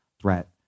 threat